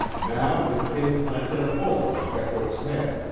now the kid planted a bullet in beckwith's head,